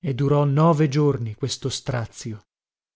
e durò nove giorni questo strazio